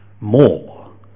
more